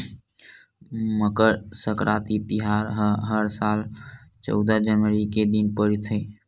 मकर सकराति तिहार ह हर साल चउदा जनवरी के दिन परथे